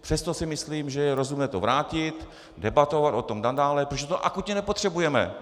Přesto si myslím, že je rozumné to vrátit, debatovat o tom nadále, protože to akutně nepotřebujeme.